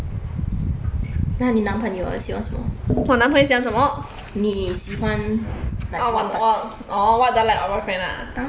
那你男朋友 eh 喜欢什么你喜欢你喜欢 like 当然